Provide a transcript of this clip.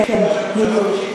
כן, בדיוק.